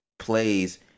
plays